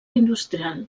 industrial